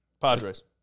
Padres